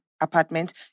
Apartment